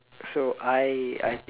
so I I